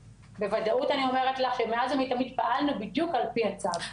בוודאות אני אומרת לך שמאז ומתמיד פעלנו בדיוק על פי הצו.